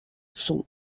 sont